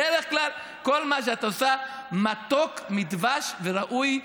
בדרך כלל כל מה שאת עושה מתוק מדבש וראוי,